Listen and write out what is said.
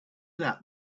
that